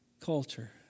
culture